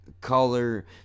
color